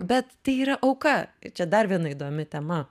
bet tai yra auka ir čia dar viena įdomi tema